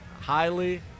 highly